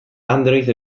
android